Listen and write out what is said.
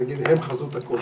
להגיד שהם חזות הכול.